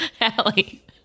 Allie